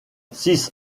six